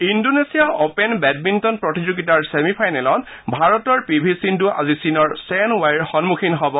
Indonesia open badminton প্ৰতিযোগিতাৰ ছেমিফাইনেলত ভাৰতৰ পি ভি সিঙ্গু আজি চীনৰ চেন ৱাইৰ সন্মুখীন হব